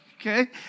Okay